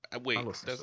wait